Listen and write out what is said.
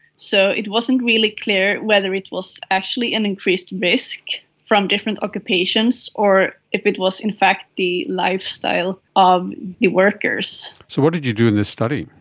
so it wasn't really clear whether it was actually an increased risk from different occupations or if it was in fact the lifestyle of the workers. workers. so what did you do in this study?